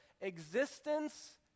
existence